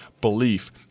belief